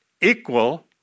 equal